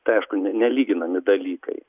tai aišku ne nelyginami dalykai